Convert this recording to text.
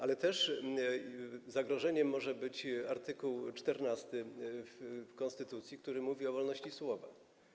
Ale też zagrożony może być art. 14 konstytucji, który mówi o wolności słowa.